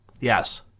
yes